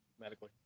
medically